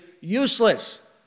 useless